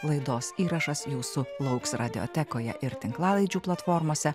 laidos įrašas jūsų lauks radiotekoje ir tinklalaidžių platformose